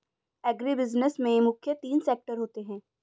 agribusiness में मुख्य तीन सेक्टर होते है